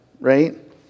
right